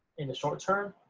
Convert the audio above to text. in the short term